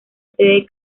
sede